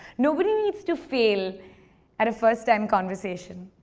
nobody needs to fail at a first-time conversation.